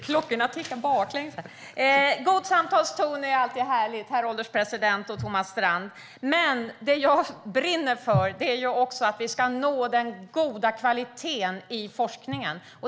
Herr ålderspresident! God samtalston är alltid härligt, Thomas Strand, men det jag brinner för är också att vi ska nå den goda kvaliteten i forskningen.